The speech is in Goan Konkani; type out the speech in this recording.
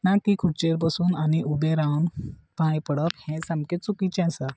ना ती खुरचेर बसून आनी उबे रावन पांय पडप हें सामकें चुकिचें आसा